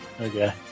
Okay